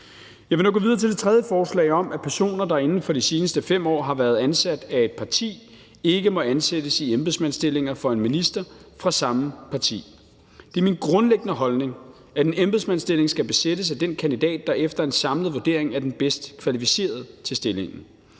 Jeg vil nu gå videre til det tredje forslag, som handler om, at personer, der inden for de seneste 5 år har været ansat af et parti, ikke må ansættes i embedsmandsstillinger for en minister fra samme parti. Det er min grundlæggende holdning, at en embedsmandsstilling skal besættes af den kandidat, der efter en samlet vurdering er den bedst kvalificerede til stillingen.